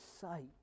sight